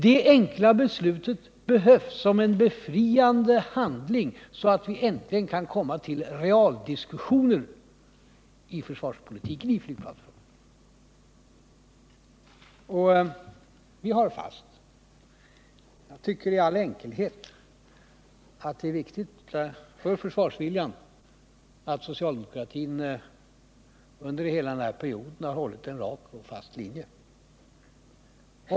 Det enkla beslutet behövs som en befriande handling, så att vi äntligen kan komma till realdiskussionen i flygplansfrågan. Jag tycker i all enkelhet att det är viktigt för försvarsviljan att socialdemokratin under hela den här perioden har hållit en rak och fast linje.